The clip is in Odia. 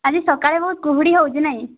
ଆଜି ସକାଳେ ବହୁତ କୁହୁଡ଼ି ହେଉଛି ନାହିଁ